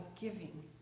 giving